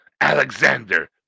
Alexander